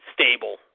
stable